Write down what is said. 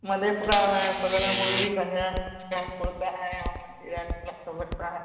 मधेपुरा है बगल में मुरलीगंज है उसके बाद खुर्दा है यहाँ मंदिर है मेला सब लगता है